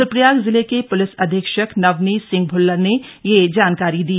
रूद्रप्रयाग जिले के पुलिस अधीक्षक नवनीत सिंह भुल्लर ने यह जानकारी दी